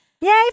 Yay